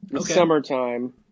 summertime